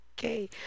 okay